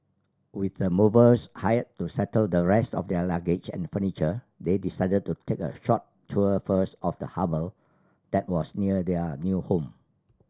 with the movers hired to settle the rest of their luggage and furniture they decided to take a short tour first of the harbour that was near their new home